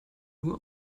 nur